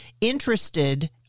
interested